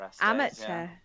Amateur